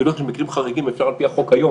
במקרים חריגים אפשר על פי החוק יום,